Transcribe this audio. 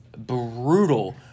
Brutal